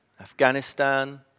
Afghanistan